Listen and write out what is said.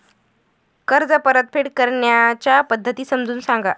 कर्ज परतफेड करण्याच्या पद्धती समजून सांगा